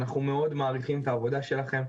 אנחנו מאוד מעריכים את העבודה שלכם.